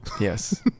yes